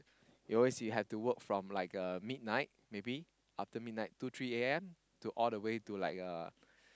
you always see like have to work from uh midnight maybe after midnight two three A_M to all the way to like uh